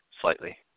slightly